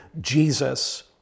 Jesus